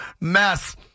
mess